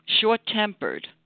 short-tempered